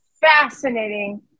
fascinating